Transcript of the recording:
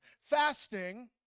fasting